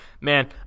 Man